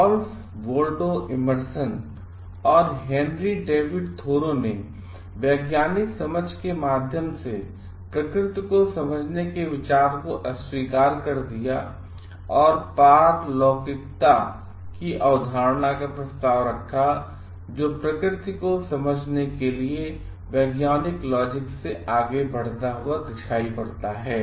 Ralph Waldo Emerson और Henry David Thoreau ने वैज्ञानिक समझ के माध्यम से प्रकृति को समझने के विचार को अस्वीकार कर दिया और पारलौकिकता की अवधारणा का प्रस्ताव रखाजो प्रकृति को समझने के लिए वैज्ञानिक लॉजिक्स से आगे बढ़ने को दर्शाता है